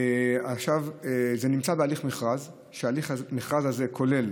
עכשיו זה נמצא בהליך מכרז, והליך המכרז הזה כולל